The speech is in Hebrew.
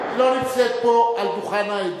אם אתה לא מבין אז אני, על מי היא רוצה להגן?